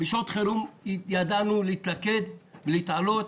בשעות חירום ידענו להתלכד ולהתעלות.